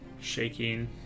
shaking